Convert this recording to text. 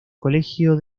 colegio